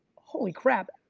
holy crap,